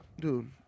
dude